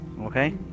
Okay